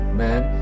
man